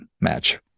match